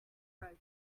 rows